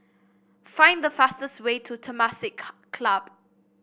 find the fastest way to Temasek Club